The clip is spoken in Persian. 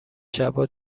شبا